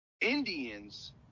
indians